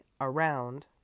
around